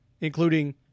Including